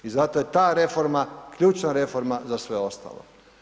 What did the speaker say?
I zato je ta reforma, ključna reforma za sve ostalo.